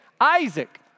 Isaac